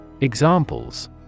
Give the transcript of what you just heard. Examples